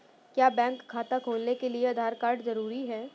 क्या बैंक खाता खोलने के लिए आधार कार्ड जरूरी है?